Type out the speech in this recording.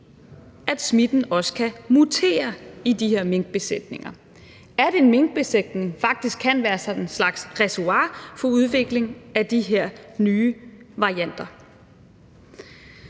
at smitten også kan mutere i de her minkbesætninger, at en minkbesætning faktisk kan være sådan en slags reservoir for udvikling af de her nye varianter.